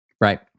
Right